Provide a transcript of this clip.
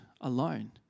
alone